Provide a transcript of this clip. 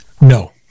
No